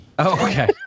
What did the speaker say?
Okay